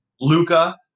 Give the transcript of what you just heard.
Luca